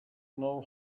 know